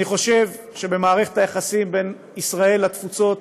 אני חושב שמערכת היחסים בין ישראל לתפוצות